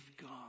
God